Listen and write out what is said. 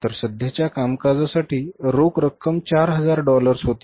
तर सध्याच्या कामकाजासाठी रोख रक्कम 4000 डॉलर्स होती